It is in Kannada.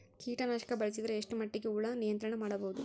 ಕೀಟನಾಶಕ ಬಳಸಿದರ ಎಷ್ಟ ಮಟ್ಟಿಗೆ ಹುಳ ನಿಯಂತ್ರಣ ಮಾಡಬಹುದು?